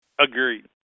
Agreed